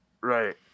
Right